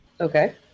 Okay